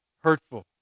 hurtful